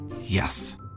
Yes